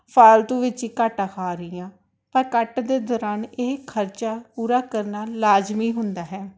ਫਾਲਤੂ ਵਿੱਚ ਹੀ ਘਾਟਾ ਖਾ ਰਹੀ ਹਾਂ ਪਰ ਕੱਟ ਦੇ ਦੌਰਾਨ ਇਹ ਖਰਚਾ ਪੂਰਾ ਕਰਨਾ ਲਾਜ਼ਮੀ ਹੁੰਦਾ ਹੈ